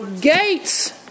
gates